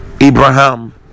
Abraham